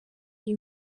iyi